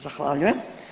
Zahvaljujem.